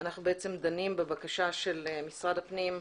אנחנו דנים בבקשת משרד הפנים,